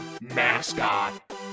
mascot